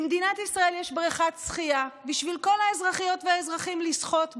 במדינת ישראל יש בריכת שחייה בשביל כל האזרחיות והאזרחים לשחות בה,